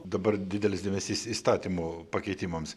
dabar didelis dėmesys įstatymo pakeitimams